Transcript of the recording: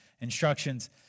instructions